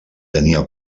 tenia